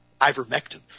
ivermectin